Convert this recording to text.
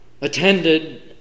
Attended